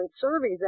surveys